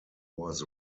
was